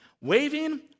waving